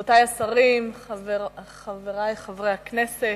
רבותי השרים, חברי חברי הכנסת,